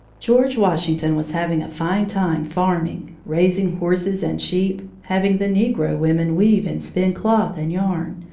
george washington was having a fine time farming, raising horses and sheep, having the negro women weave and spin cloth and yarn,